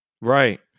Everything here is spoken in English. Right